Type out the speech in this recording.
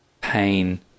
pain